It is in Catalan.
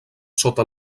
sota